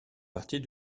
partie